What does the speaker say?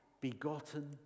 begotten